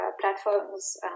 platforms